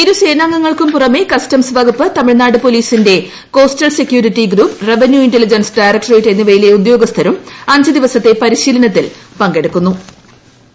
ഇരു സേനാംഗങ്ങൾക്കും പുറമെ കസ്റ്റംസ് വകുപ്പ് തമിഴ്നാട് പൊലീസിന്റെ coastal security group revenue intelligence directorate എന്നിവയിലെ ഉദ്യോഗസ്ഥരും അഞ്ച് ദിവസത്തെ പരിശീലനത്തിൽ പങ്കെടുക്കുന്നുണ്ട്